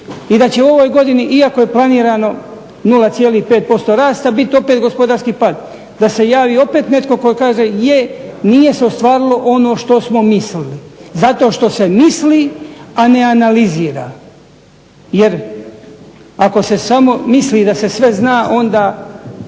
i da će u ovoj godini iako je planirano 0,5% rasta bit opet gospodarski pad, da se javi opet netko tko kaže je, nije se ostvarilo ono što smo mislili. Zato što se misli, a ne analizira. Jer ako se samo misli da se sve zna onda